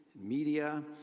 media